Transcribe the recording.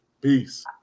Peace